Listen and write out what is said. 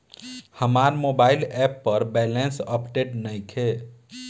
हमार mobile app पर balance update नइखे